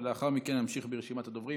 לאחר מכן נמשיך ברשימת הדוברים.